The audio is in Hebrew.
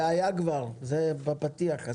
זה היה כבר, על זה דיברנו בפתיח.